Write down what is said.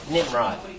Nimrod